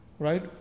Right